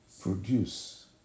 produce